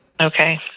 Okay